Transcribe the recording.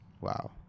Wow